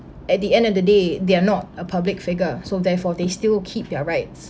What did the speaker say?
at the end of the day they are not a public figure so therefore they still keep their rights